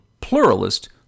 pluralist